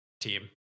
team